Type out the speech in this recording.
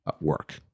work